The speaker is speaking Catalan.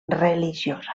religiosa